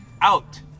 out